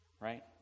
right